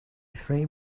three